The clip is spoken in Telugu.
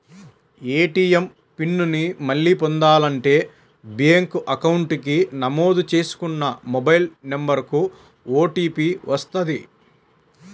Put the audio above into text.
ఏటీయం పిన్ ని మళ్ళీ పొందాలంటే బ్యేంకు అకౌంట్ కి నమోదు చేసుకున్న మొబైల్ నెంబర్ కు ఓటీపీ వస్తది